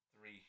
three